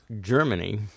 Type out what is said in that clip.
Germany